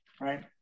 Right